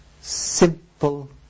simple